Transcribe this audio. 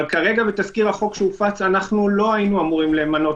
אבל בתזכיר החוק שהופץ אנחנו לא היינו אמורים למנות